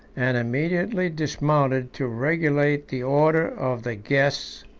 and immediately dismounted to regulate the order of the guests